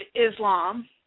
Islam